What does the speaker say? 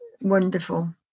wonderful